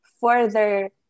further